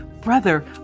Brother